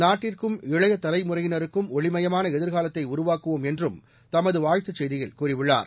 நாட்டிற்கும் இளைய தலைமுறையினருக்கும் ஒளிமயமான எதிர்காலத்தை உருவாக்குவோம் என்றும் தமது வாழ்த்துச் செய்தியில் கூறியுள்ளார்